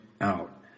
out